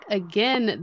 again